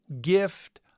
gift